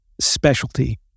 specialty